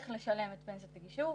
איך לשלם את פנסיית הגישור,